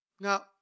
Now